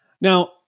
Now